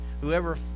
Whoever